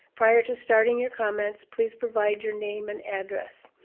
prior to starting your comments, please provide your name and address.